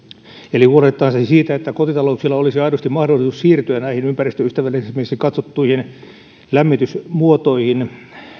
eli huolehtia siitä että kotitalouksilla olisi aidosti mahdollisuus siirtyä ympäristöystävällisemmiksi katsottuihin lämmitysmuotoihin